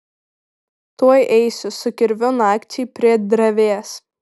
tuoj eisiu su kirviu nakčiai prie drevės